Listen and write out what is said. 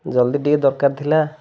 ଜଲ୍ଦି ଟିକେ ଦରକାର ଥିଲା